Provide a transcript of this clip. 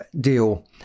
deal